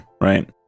right